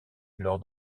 lors